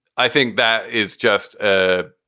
i think that is just a.